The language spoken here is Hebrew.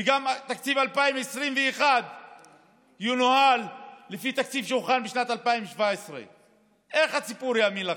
וגם תקציב 2021 ינוהל לפי תקציב שהוכן בשנת 2017. איך הציבור יאמין לכם?